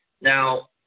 now